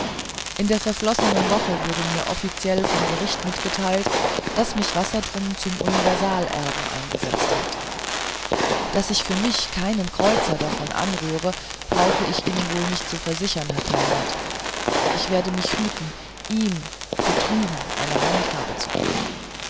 in der verflossenen woche wurde mir offiziell vom gericht mitgeteilt daß mich wassertrum zum universalerben eingesetzt hat daß ich für mich keinen kreuzer davon anrühre brauche ich ihnen wohl nicht zu versichern herr pernath ich werde mich hüten ihm für drüben eine handhabe zu geben